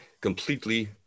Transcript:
completely